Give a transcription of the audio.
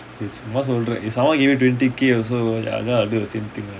நீசும்மாசொல்ற:nee summa solra if someone give me twenty K I will also do the same thing